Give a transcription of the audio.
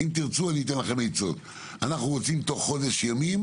בכל מקרה, אנחנו רוצים תוך חודש ימים